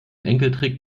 enkeltrick